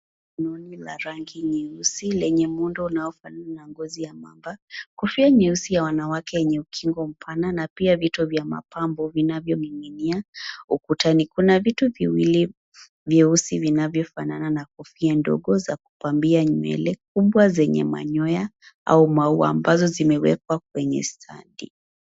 Uuni la rangi nyeusi lenye muundo unaofanana na ngozi ya mamba , kofia nyeusi ya Wanamake yenye ukingo mpana na pia vito vya mapambo vinanyo ning'inia ukutani. Kuna vitu viwili vyeusi vinavyofanana na kofia ndogo za kupambia nywele , mbwa zenye manyoya au mauwa ambazo zimewekwa standi